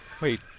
Wait